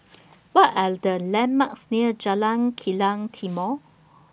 What Are The landmarks near Jalan Kilang Timor